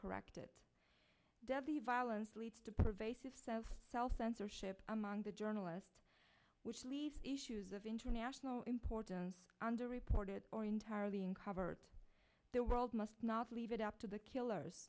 corrected deadly violence leads to pervasive self censorship among the journalists which leaves issues of international importance under reported or entirely uncovered the world must not leave it up to the killers